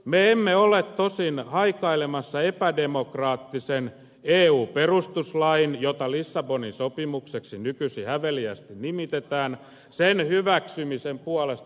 me emme ole tosin haikailemassa epädemokraattisen eu perustuslain jota lissabonin sopimukseksi nykyisin häveliäästi nimitetään hyväksymisen puolesta